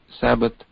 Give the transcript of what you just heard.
Sabbath